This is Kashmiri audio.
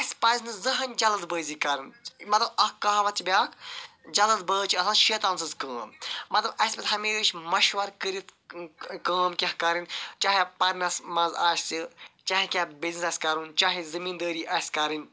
اَسہِ پَزِ نہٕ زٕہٕنۍ جلد بٲزی کَرٕنۍ مَطلَب اکھ کہاوت چھِ بیاکھ جلد بٲزۍ چھِ آسان شیطان سٕنٛز کٲم مَطلَب اسہِ ہَمیش مَشوَر کٔرِتھ کٲم کینٛہہ کَرٕن چاہے پَرنَس مَنٛز آسہِ چاہے کینٛہہ بِزنِس کَرُن چاہے زمیٖندٲری آسہِ کَرٕنۍ